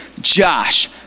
Josh